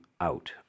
out